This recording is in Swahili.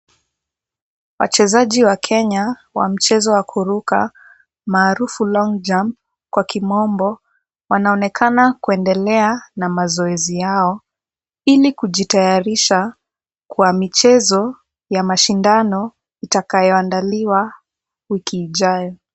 Wachezaji wa Kenya wa mchezo wa kuruka maarufu long Jump kwa kimombo wanaonekana kuendelea na mazoezi yao ili kujitayarisha kwa michezo ya mashindano itakayoandaliwa wiki ijayo.